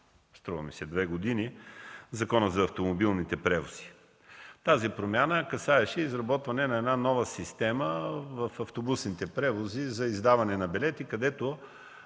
приета преди две години в Закона за автомобилните превози. Тази промяна касаеше изработване на нова система в автобусните превози – за издаване на билети. Всички